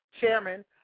chairman